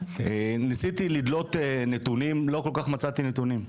ניסיתי לדלות נתונים, לא כל כך מצאתי נתונים.